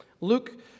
Luke